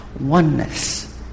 Oneness